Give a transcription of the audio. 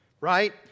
Right